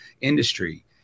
industry